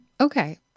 Okay